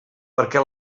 perquè